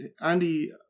Andy